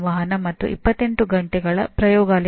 eligibility criteria ಅನ್ನು ಸಲ್ಲಿಸಲು ನಿರ್ದೇಶಿಸುತ್ತದೆ